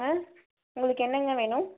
ஆ உங்களுக்கு என்னங்க வேணும்